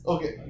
Okay